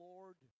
Lord